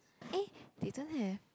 eh they don't have